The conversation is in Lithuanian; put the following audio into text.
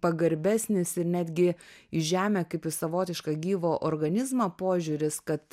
pagarbesnis ir netgi į žemę kaip į savotišką gyvą organizmą požiūris kad